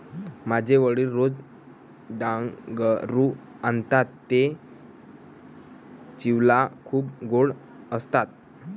माझे वडील रोज डांगरू आणतात ते चवीला खूप गोड असतात